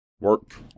Work